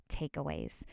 takeaways